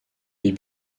les